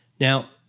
Now